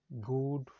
good